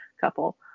couple